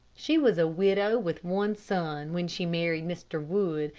she was a widow with one son when she married mr. wood,